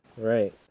right